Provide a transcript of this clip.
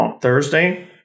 Thursday